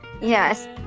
Yes